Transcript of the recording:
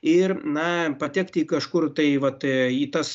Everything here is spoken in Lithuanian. ir na patekti į kažkur tai vat į tas